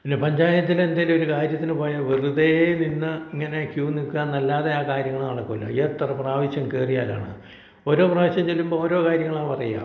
ഇനി പഞ്ചായത്തിൽ എന്തെങ്കിലും ഒരു കാര്യത്തിന് പോയാൽ വെറുതെ നിന്ന് ഇങ്ങനെ ക്യൂ നിൽക്കാം എന്നല്ലാതെ ആ കാര്യങ്ങൾ നടക്കില്ല എത്ര പ്രാവശ്യം കയറിയാലാണ് ഓരോ പ്രാവശ്യം ചെല്ലുമ്പോൾ ഓരോ കാര്യങ്ങൾ ആണ് പറയുക